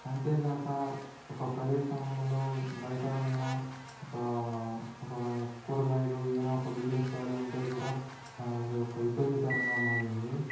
అంతేకాక ఒక ప్రదేశం అనో బయట ఏదైనా ఒక ఒక కూరగాయలు ఏదైనా ఒక బిజినెస్ చేయాలంటే కూడా ఒక ఇబ్బందికరంగా మారింది